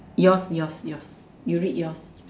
yours yours yours you read yours